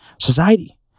Society